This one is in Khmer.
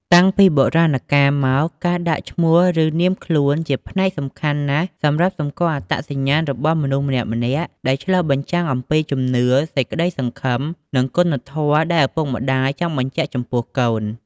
តាំងពីបុរាណកាលមកការដាក់ឈ្មោះឬនាមខ្លួនជាផ្នែកសំខាន់ណាស់សម្រាប់សម្គាល់អត្តញ្ញាណរបស់មនុស្សម្នាក់ៗដែលឆ្លុះបញ្ជាំងអំពីជំនឿ សេចក្តីសង្ឃឹម និងគុណធម៌ ដែលឪពុកម្តាយចង់បញ្ជាក់ចំពោះកូន។